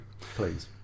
Please